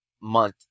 month